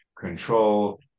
control